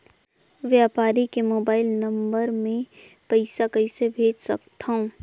व्यापारी के mobile number मे पईसा कइसे भेज सकथव?